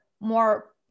more